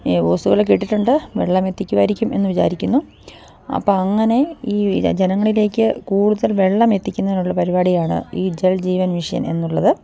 ഈ ഹോസുകളൊക്കെ ഇട്ടിട്ടുണ്ട് വെള്ളമെത്തിക്കുമായിരിക്കുമെന്ന് വിചാരിക്കുന്നു അപ്പോള് അങ്ങനെ ഈ ജനങ്ങളിലേക്ക് കൂടുതൽ വെള്ളമെത്തിക്കുന്നതിനുള്ള പരിപാടിയാണ് ഈ ജൽജീവൻ മിഷൻ എന്നുള്ളത്